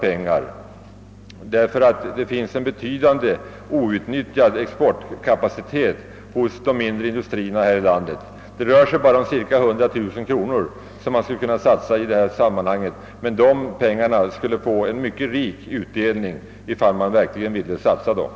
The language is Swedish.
Det finns nämligen en betydande outnyttjad exportkapacitet hos de mindre industrierna här i landet. Här gäller det bara en ökning på 61 000 kronor, och om de pengarna satsades skulle utdelningen kunna bli mycket god.